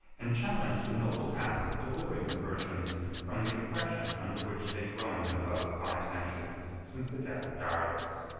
and challenged the noble task of delivering the persians from the oppression under which they groaned above five centuries since the death of darius.